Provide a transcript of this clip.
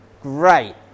great